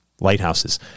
lighthouses